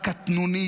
הקטנונית,